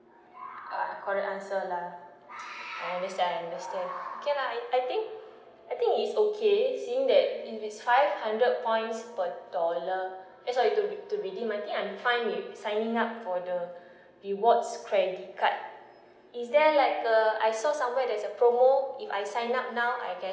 correct answer lah I understand I understand okay lah I think I think is okay seeing that it is five hundred points per dollar eh sorry to to redeem monthly signing up for the rewards credit card is there like the I saw somewhere there's promo if I sign up now I can